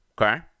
Okay